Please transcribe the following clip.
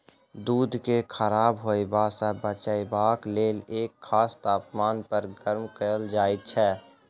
दूध के खराब होयबा सॅ बचयबाक लेल एक खास तापमान पर गर्म कयल जाइत छै